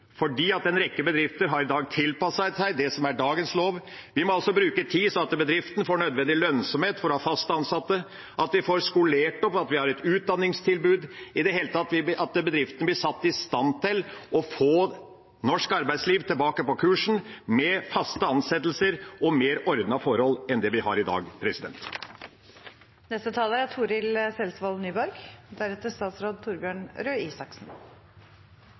fordi en rekke bedrifter i dag har tilpasset seg det som er dagens lov. Vi må altså bruke tid, slik at bedriften får nødvendig lønnsomhet for å ha fast ansatte, at vi får skolert dem, at vi har et utdanningstilbud – i det hele tatt at bedriften blir satt i stand til å få norsk arbeidsliv tilbake på kursen med faste ansettelser og mer ordnede forhold enn vi har i dag. Kristeleg Folkeparti er